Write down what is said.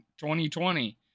2020